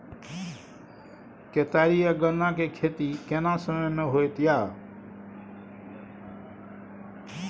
केतारी आ गन्ना के खेती केना समय में होयत या?